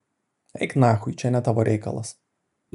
eik nachui čia ne tavo reikalas